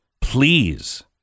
please